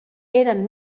eren